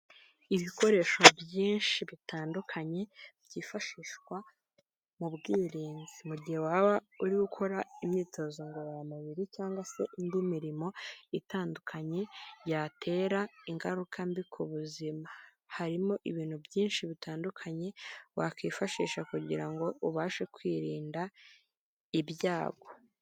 Ibikoresho byinshi bitandukanye byifashishwa mu bwirinzi, mu gihe waba uri gukora imyitozo ngororamubiri cyangwa se indi mirimo itandukanye yatera ingaruka mbi ku buzima, harimo ibintu byinshi bitandukanye wakwifashisha kugira ngo ubashe kwirinda ibyago.